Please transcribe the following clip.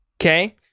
okay